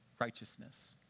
righteousness